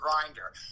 grinder